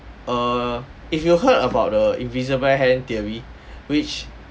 err if you heard about the invisible hand theory which